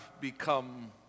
become